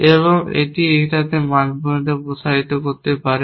এবং এটি এটিকে মান পর্যন্ত প্রসারিত করতে পারে না